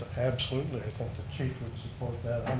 absolutely, i think the chief would support